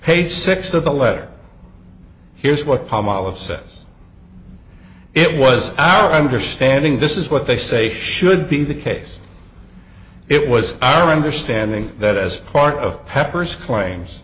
page six of the letter here's what palmolive says it was our understanding this is what they say should be the case it was our understanding that as part of peppers claims